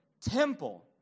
temple